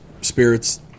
spirits